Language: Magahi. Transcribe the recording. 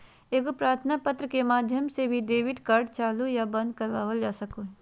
एगो प्रार्थना पत्र के माध्यम से भी डेबिट कार्ड चालू या बंद करवावल जा सको हय